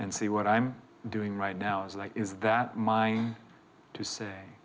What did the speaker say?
and see what i'm doing right now is like is that mine to say